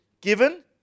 given